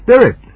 Spirit